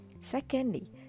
Secondly